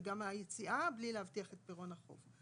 כלומר היציאה בלי להבטיח את פירעון החוב.